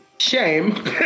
Shame